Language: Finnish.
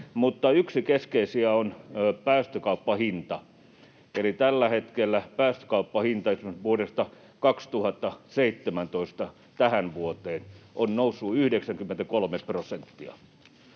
Mutta yksi keskeisistä on päästökauppahinta. Päästökauppahinta esimerkiksi vuodesta 2017 tähän vuoteen on noussut 93 prosenttia,